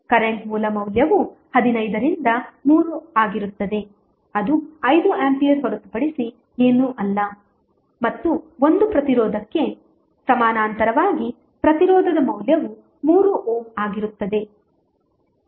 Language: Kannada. ಕರೆಂಟ್ ಮೂಲ ಮೌಲ್ಯವು 15 ರಿಂದ 3 ಆಗಿರುತ್ತದೆ ಅದು 5 ಆಂಪಿಯರ್ ಹೊರತುಪಡಿಸಿ ಏನೂ ಅಲ್ಲ ಮತ್ತು ಒಂದು ಪ್ರತಿರೋಧಕ್ಕೆ ಸಮಾನಾಂತರವಾಗಿ ಪ್ರತಿರೋಧದ ಮೌಲ್ಯವು 3 ಓಮ್ ಆಗಿರುತ್ತದೆ